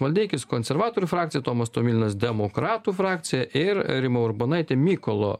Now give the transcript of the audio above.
maldeikis konservatorių frakcija tomas tomilinas demokratų frakcija ir rima urbonaitė mykolo